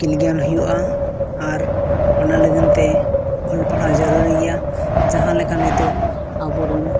ᱟᱹᱠᱤᱞ ᱜᱮᱭᱟᱱ ᱦᱩᱭᱩᱜᱼᱟ ᱟᱨ ᱚᱱᱟ ᱞᱟᱹᱜᱤᱫᱛᱮ ᱚᱞᱼᱯᱟᱲᱦᱟᱜ ᱡᱟᱹᱨᱩᱨᱤ ᱜᱮᱭᱟ ᱡᱟᱦᱟᱸᱞᱮᱠᱟ ᱱᱤᱛᱚᱜ ᱟᱵᱚ ᱨᱤᱱ